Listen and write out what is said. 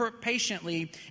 patiently